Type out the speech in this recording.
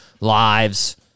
lives